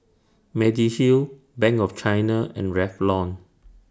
Mediheal Bank of China and Revlon